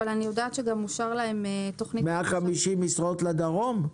אבל אני יודעת שגם אושרה להם תוכנית --- 150 משרות לדרום?